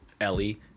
Ellie